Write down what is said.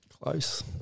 Close